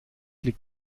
liegt